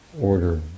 order